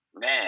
Man